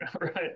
right